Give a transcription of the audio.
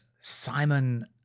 Simon